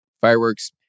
fireworks